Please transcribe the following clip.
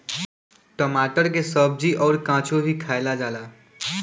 टमाटर के सब्जी अउर काचो भी खाएला जाला